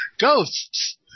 Ghosts